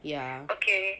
ya